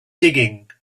digging